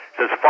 says